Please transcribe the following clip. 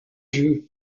jeu